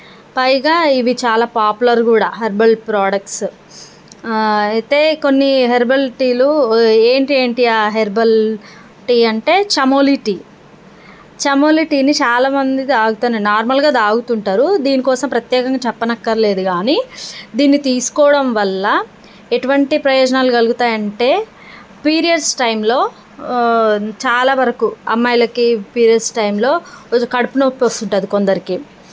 పైగా ఇవి చాలా పాపులర్ కూడా హెర్బల్ ప్రొడక్ట్స్ అయితే కొన్ని హెర్బల్ టీలు ఏంటి ఏంటి ఏంటి ఆ హెర్బల్ టీ అంటే చమోలి టీ చమోలి టీని చాలామంది తాగుతారు నార్మల్గా తాగుతుంటారు దీనికోసం ప్రత్యేకంగా చెప్పనక్కర్లేదు కానీ దీన్ని తీసుకోవడం వల్ల ఎటువంటి ప్రయోజనాలు కలుగుతాయి అంటే పీరియడ్స్ టైంలో చాలా వరకు అమ్మాయిలకి పీరియడ్స్ టైంలో కడుపు నొప్పి వస్తుంటుంది కొందరికి